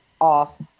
off